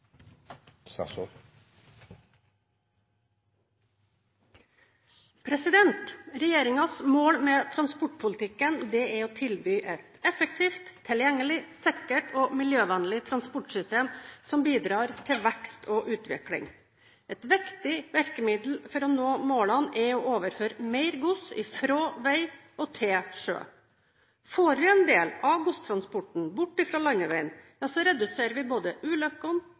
å tilby et effektivt, tilgjengelig, sikkert og miljøvennlig transportsystem som bidrar til vekst og utvikling. Et viktig virkemiddel for å nå målene er å overføre mer gods fra vei til sjø. Får vi en del av godstransporten bort fra landeveien, reduserer vi både ulykkene, køene og slitasjen på denne delen av infrastrukturen. I tillegg reduserer vi